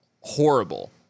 horrible